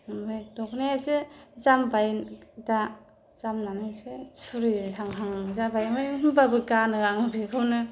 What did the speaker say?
ओमफ्राय दखनाया एसे जामबाय दा जामनानै एसे सुरैहांहां जाबाय ओमफ्राय होम्बाबो गानो आं बेखौनो